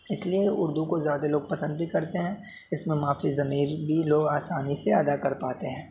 اس لیے اردو کو زیادہ لوگ پسند بھی کرتے ہیں اس میں ما فی الضمیر بھی لوگ آسانی سے ادا کر پاتے ہیں